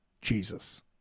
Jesus